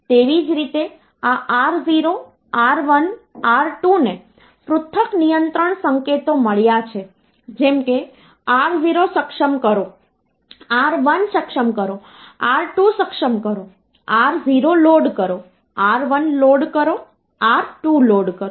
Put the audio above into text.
તેવી જ રીતે આ R0 R1 R2 ને પૃથક નિયંત્રણ સંકેતો મળ્યા છે જેમ કે R0 સક્ષમ કરો R1 સક્ષમ કરો R2 સક્ષમ કરો R0 લોડ કરો R1 લોડ કરો R2 લોડ કરો